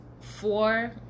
four